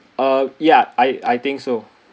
uh ya I I think so